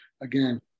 again